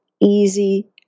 easy